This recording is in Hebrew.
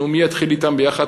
נו, מי יתחיל אתם ביחד?